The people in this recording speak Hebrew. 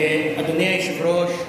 אדוני היושב-ראש,